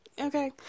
okay